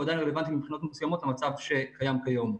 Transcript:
הוא עדיין רלוונטי מבחינות מסוימות למצב שקיים כיום.